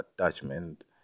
attachment